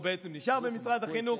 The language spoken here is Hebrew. הוא בעצם נשאר במשרד החינוך,